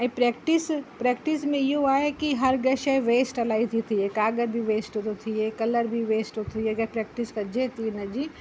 ऐं practice practice में इहो आहे की हर का शइ वेस्ट इलाही थी थिए काॻर बि वेस्ट थो थिए कलर बि वेस्ट थो थिए अगरि प्रैक्टिस कजे थी इन जी